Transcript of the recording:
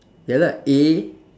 ya lah A